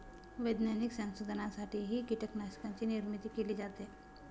वैज्ञानिक संशोधनासाठीही कीटकांची निर्मिती केली जाते